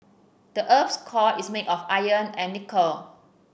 the earth's core is made of iron and nickel